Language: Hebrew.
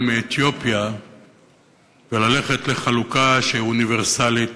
מאתיופיה וללכת לחלוקה שהיא אוניברסלית